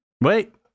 Wait